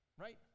right